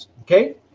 Okay